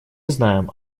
знаем